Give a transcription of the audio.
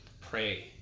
Pray